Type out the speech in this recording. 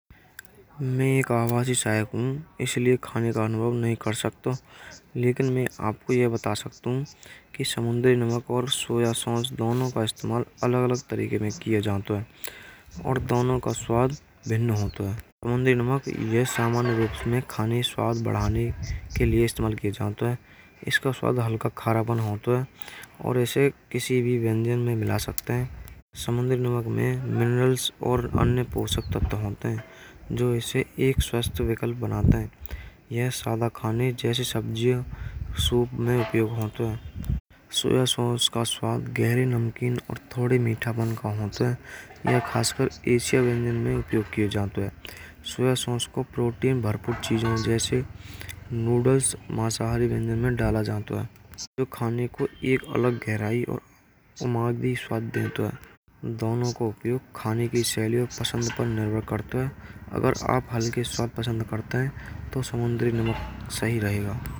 डबल रोटी जिसे हम अंग्रेजी में ब्रेड कहते हैं। कई प्रकार के होते हैं। और उनकी विशिष्ट भी बिना बोलता है। यहाँ कुछ प्रमुख प्रकार की डबल रोटियाँ और उनके स्वाद और प्रकृति में अंतर बताया हुआ है। सदाबहार यह सबसे सामान्य प्रकार की डबल रोटी होते हैं। जो सफ़ेद में नाते-बातें इनमें हल्की मुलायम बनावट होते हैं। इनका स्वाद हल्का और नम्रता में सबसे ज़्यादा खट्टापन या गाढ़ा स्वाद नहीं होते हैं। सादा ब्रेड आम तौर पर प्रति सैंडविच बनाने के लिए दोस्त बनाएं जेम और मक्खन के साथ खाने में इस्तेमाल किए जाते हैं। ब्राउन ब्रेड: यह साबुत गेहूँ के आटे से बनता है। सादा ब्रेड की तुलना में घनी और मोटी होता है। ब्राउन ब्रेड का स्वाद थोड़ा भारी और अधिक पोषक होता है। इसमें हल्की सी खटास और स्वास्थ्य के लिए लिहाज से बेहतर मानी जाते हैं। इसे सैंडविच टोस्ट के रूप में खाया जा सकता है।